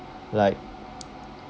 like